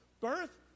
birth